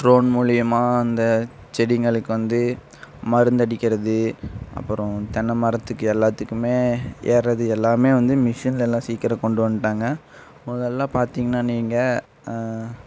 drone மூலியமாக அந்த செடிங்களுக்கு வந்து மருந்து அடிக்கிறது அப்புறம் தென்னை மரத்துக்கு எல்லாத்துக்குமே ஏறது எல்லாமே வந்து மிஷினில் எல்லா சீக்கிரம் கொண்டு வந்துட்டாங்க முதல்ல பார்த்தீங்கன்னா நீங்கள்